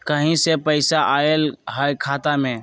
कहीं से पैसा आएल हैं खाता में?